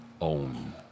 own